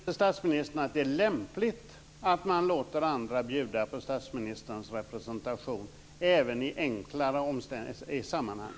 Fru talman! Tycker vice statsministern att det är lämpligt att man låter andra bjuda på statsministerns representation även i enklare sammanhang?